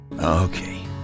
Okay